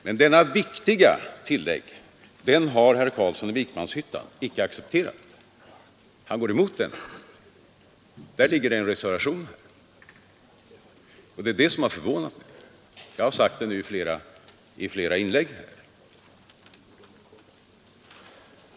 Men detta viktiga tillägg har herr Carlsson icke accepterat. Han går emot det — här föreligger en reservation — och det är det som har förvånat mig. Jag har sagt det nu i flera inlägg.